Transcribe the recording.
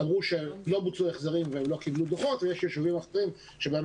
אמרו שלא בוצעו החזרים ולא קיבלו דוחות ויש ישובים אחרים שבהם